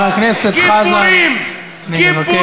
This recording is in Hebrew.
חבר הכנסת חזן, אני מבקש.